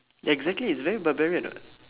exactly it's very barbarian [what]